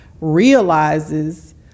realizes